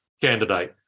candidate